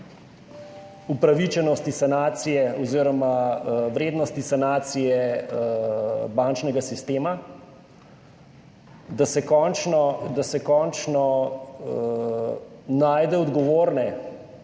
upravičenosti sanacije oziroma vrednosti sanacije bančnega sistema, da se končno najde odgovorne